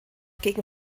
gegen